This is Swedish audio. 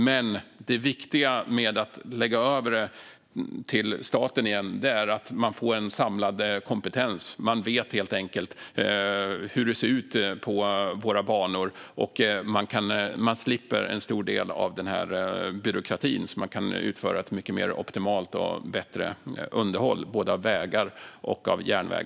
Men det viktiga med att låta det återgå till staten igen är att man får en samlad kompetens. Man vet helt enkelt hur det ser ut på banorna, och man slipper en stor del av byråkratin. Då kan man utföra ett bättre - mer optimalt - underhåll av både vägar och järnväg.